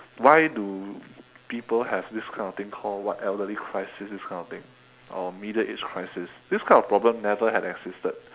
why do people have this kind of thing called what elderly crisis this kind of thing or middle age crisis these kind of problems never had existed